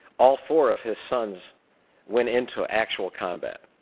all four of his sons went into actual combat.